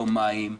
לא מים,